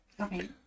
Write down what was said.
Okay